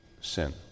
sin